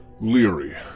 Leary